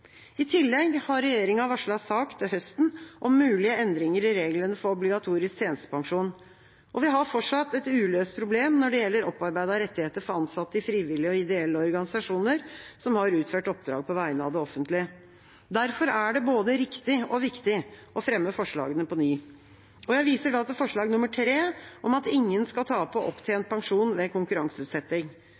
I tillegg har regjeringa varslet sak til høsten om mulige endringer i reglene for obligatorisk tjenestepensjon. Vi har fortsatt et uløst problem når det gjelder opparbeidede rettigheter for ansatte i frivillige og ideelle organisasjoner som har utført oppdrag på vegne av det offentlige. Derfor er det både riktig og viktig å fremme forslagene på ny. Jeg viser da til forslag nr. 3 om at ingen skal tape opptjent pensjon ved konkurranseutsetting.